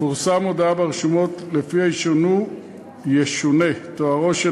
תפורסם הודעה ברשומות ולפיה ישונה תוארו של